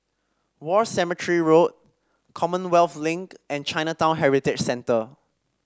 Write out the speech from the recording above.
War Cemetery Road Commonwealth Link and Chinatown Heritage Centre